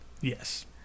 Yes